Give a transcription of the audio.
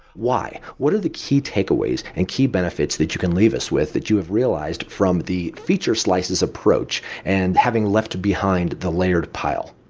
why? what are the key takeaways and key benefits that you can leave us with that you have realized from the feature slices approach and having left behind the layered pile?